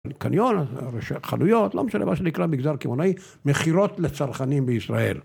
קניון, חנויות, לא משנה מה שנקרא מגזר קמעונאי, מכירות לצרכנים בישראל.